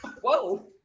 Whoa